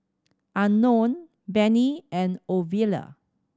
Unknown Benny and Ovila